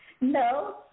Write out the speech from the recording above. No